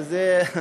אז זה מה,